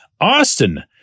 Austin